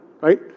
right